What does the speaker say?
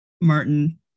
Martin